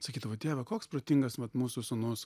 sakydavo dieve koks protingas vat mūsų sūnus